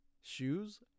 shoes